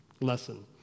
lesson